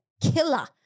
killer